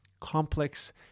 complex